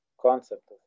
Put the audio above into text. concept